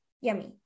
yummy